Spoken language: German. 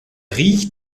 riecht